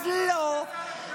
לא,